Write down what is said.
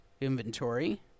inventory